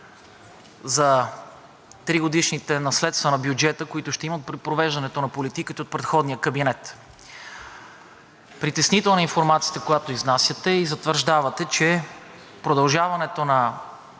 за тригодишните наследства на бюджета, които ще има при провеждането на политиките от предходния кабинет. Притеснителна е информацията, която изнасяте и затвърждавате, че продължаването на